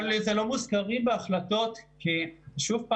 אבל זה לא מוזכרים בהחלטות כי שוב,